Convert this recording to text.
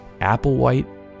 Applewhite